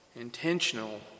intentional